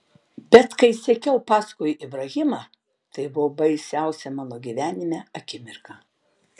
bet kai sekiau paskui ibrahimą tai buvo baisiausia mano gyvenime akimirka